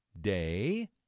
Day